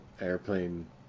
airplane